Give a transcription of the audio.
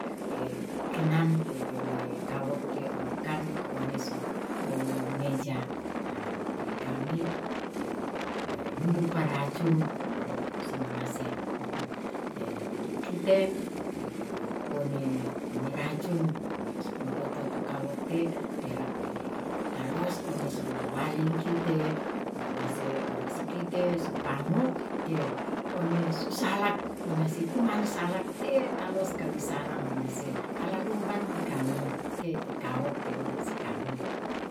kinan te ole kawok te ore' tu onesu wawo meja teikami munduparacun ore' si mangase te jadi kite one racun makututu kawok te taluas onesu walingkite mangse ore' sikite su pangu te one su salak mangase kuman salak te taluas kawisarang mangase kalumban tikami te kawok te ore' sikami.